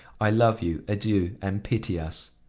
i love you adieu, and pity us.